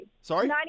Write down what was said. Sorry